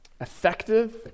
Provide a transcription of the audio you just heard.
effective